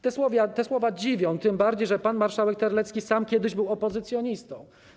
Te słowa dziwią tym bardziej, że pan marszałek Terlecki sam kiedyś był opozycjonistą.